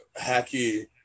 hacky